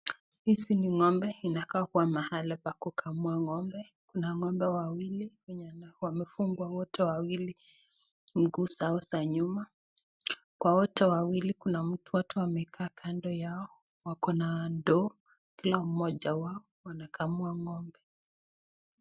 Hizi ni ng'ombe inakaa kua mahali pa kukamua ngombe. kuna ng'ombe wawili waliofungwa wote miguu zao za nyuma. Kwa wote wawili kuna watu wamekaa kando yao, wako na ndoo, kila mmoja wao anakamua ng'ombe.